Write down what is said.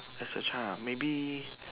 as a child maybe